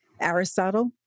Aristotle